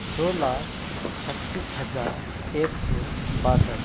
دو لاکھ چھتیس ہزار ایک سو باسٹھ